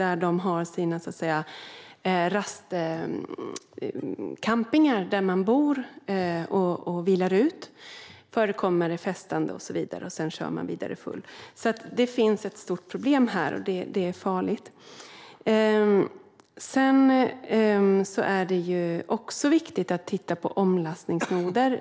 På de rastcampingar där man bor och vilar ut förekommer det festande och så vidare, och sedan kör man vidare full. Det finns alltså ett stort problem här, och det är farligt. Det är också viktigt att titta på omlastningsnoder.